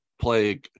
play